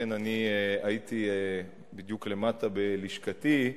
שכן אני הייתי בדיוק למטה בלשכתי.